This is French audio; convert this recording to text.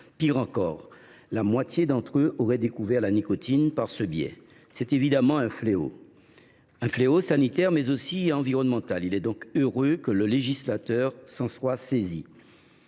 Pis encore : la moitié d’entre eux aurait découvert la nicotine par ce biais. Il s’agit évidemment d’un fléau sanitaire, mais aussi environnemental. Il est donc heureux que le législateur s’en soit saisi.